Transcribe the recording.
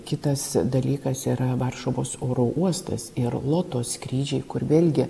kitas dalykas yra varšuvos oro uostas ir loto skrydžiai kur vėlgi